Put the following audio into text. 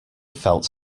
felt